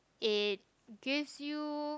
it gives you